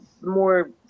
more